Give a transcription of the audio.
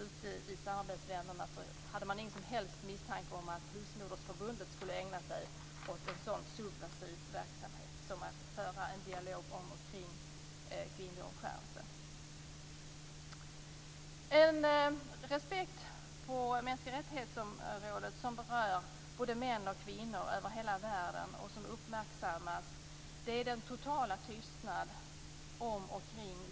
Ute i samarbetsländerna hade man ingen som helst misstanke om att Husmodersförbundet skulle ägna sig åt en sådan subversiv verksamhet som att föra en dialog kring kvinnlig omskärelse. En aspekt på området mänskliga rättigheter som berör både män och kvinnor över hela världen och som uppmärksammas är den totala tystnaden om